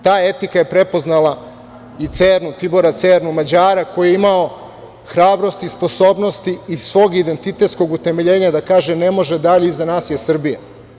Ta etika je prepoznala Tibora Cernu, Mađara, koji je imao hrabrosti i sposobnosti i svog identitetskog utemeljenja da kaže - ne može dalje, iza nas je Srbija.